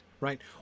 Right